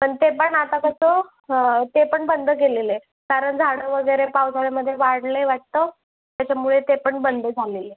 पण ते पण आता कसं ते पण बंद केलेले कारण झाडं वगैरे पावसाळ्यामध्ये वाढले वाटतं त्याच्यामुळे ते पण बंद झालेले